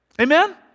Amen